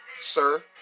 Sir